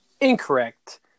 incorrect